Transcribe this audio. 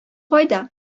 кайда